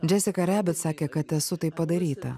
džesika rebit sakė kad esu taip padaryta